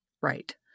Right